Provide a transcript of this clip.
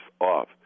Off